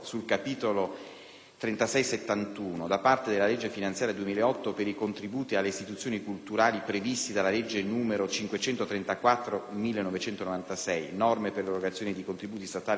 3671 da parte della legge finanziaria 2008 per i contributi alle istituzioni culturali previsti dalla legge n. 534 del 1996 (norme per l'erogazione di contributi statali alle istituzioni culturali),